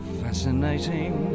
fascinating